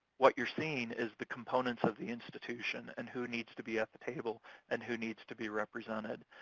what you're seeing is the components of the institution and who needs to be at the table and who needs to be represented.